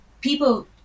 people